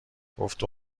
گفته